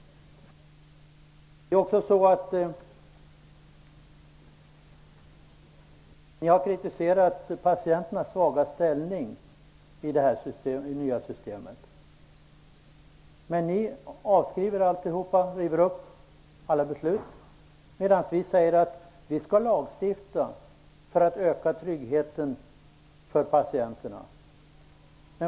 Ni har också kritiserat det nya systemet därför att patienterna har en svag ställning. Men ni avskriver alltihop och river upp alla beslut, när vi säger att vi vill lagstifta för att öka tryggheten för patienterna.